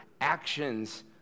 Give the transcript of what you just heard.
actions